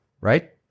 right